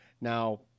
Now